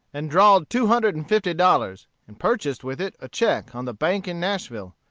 and drawed two hundred and fifty dollars, and purchased with it a check on the bank in nashville,